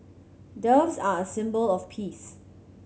doves are a symbol of peace